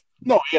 No